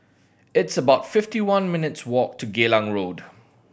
it's about fifty one minutes' walk to Geylang Road